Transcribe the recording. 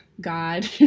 God